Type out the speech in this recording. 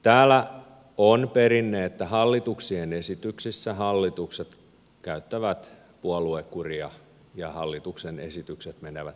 täällä on perinne että hallituksien esityksissä hallitukset käyttävät puoluekuria ja hallituksen esitykset menevät sitä kautta läpi